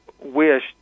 wish